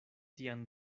tian